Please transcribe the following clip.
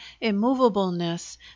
immovableness